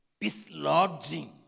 dislodging